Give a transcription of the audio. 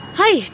hi